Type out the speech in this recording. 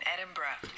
Edinburgh